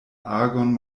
agon